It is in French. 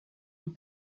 plus